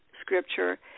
scripture